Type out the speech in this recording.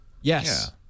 Yes